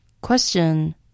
Question